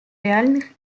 реальных